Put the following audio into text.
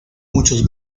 muchos